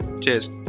cheers